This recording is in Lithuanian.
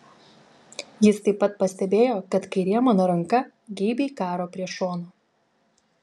jis taip pat pastebėjo kad kairė mano ranka geibiai karo prie šono